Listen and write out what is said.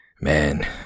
man